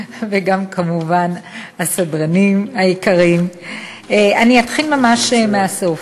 וגם כמובן הסדרנים היקרים, אני אתחיל ממש מהסוף.